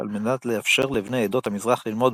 על מנת לאפשר לבני עדות המזרח ללמוד בה.